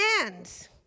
hands